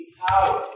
power